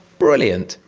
brilliant!